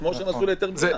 כמו שהם עשו להיתר הבנייה.